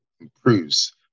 improves